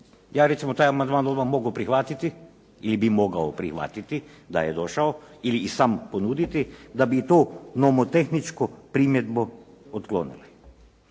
Ja recimo taj amandman odmah mogu prihvatiti ili bih mogao prihvatiti da je došao ili i sam ponuditi da bi i tu nomotehničku primjedbu otklonili.